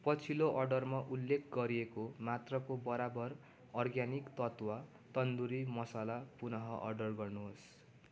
पछिल्लो अर्डरमा उल्लेख गरिएको मात्रको बराबर अर्गानिक तत्त्व तन्दुरी मसाला पुन अर्डर गर्नु होस्